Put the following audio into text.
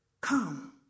come